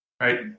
right